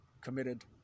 committed